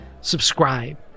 subscribe